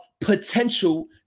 potential